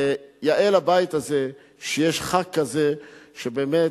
יאה לבית הזה שיש ח"כ כזה, שבאמת,